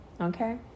okay